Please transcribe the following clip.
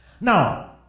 Now